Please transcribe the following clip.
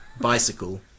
Bicycle